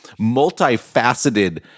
multifaceted –